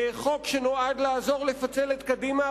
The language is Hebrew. חוק שנועד לעזור לפצל את קדימה,